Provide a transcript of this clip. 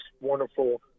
wonderful